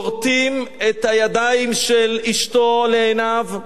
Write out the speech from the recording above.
כורתים את הידיים של אשתו לעיניו,